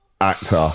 actor